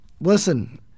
Listen